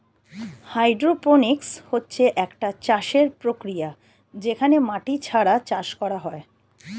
hydroponics হচ্ছে একটি চাষের প্রক্রিয়া যেখানে মাটি ছাড়া চাষ করা হয়